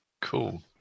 Cool